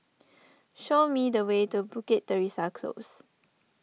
show me the way to Bukit Teresa Close